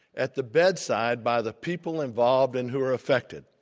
at the bedside, by the people involved and who are affected,